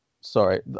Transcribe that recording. Sorry